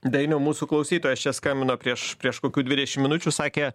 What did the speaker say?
dainiau mūsų klausytojas čia skambino prieš prieš kokių dvidešim minučių sakė